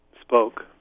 spoke